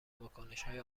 واکنشهای